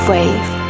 Wave